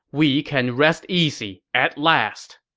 we can rest easy at last!